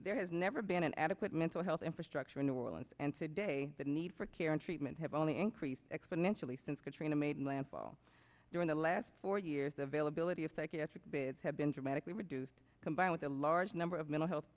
there has never been an adequate mental health infrastructure in new orleans and today the need for care and treatment have only increased exponentially since katrina made landfall during the last four years the availability of psychiatric beds have been dramatically reduced combined with a large number of mental health